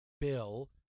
Bill